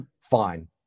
fine